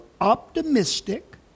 optimistic